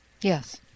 Yes